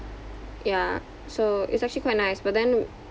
ya so it's actually quite nice but then